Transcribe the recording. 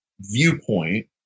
viewpoint